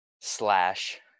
slash